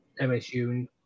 MSU